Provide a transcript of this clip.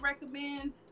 recommend